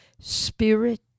spirit